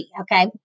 Okay